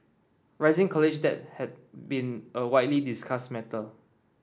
rising college debt has been a widely discussed matter